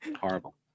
Horrible